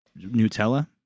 Nutella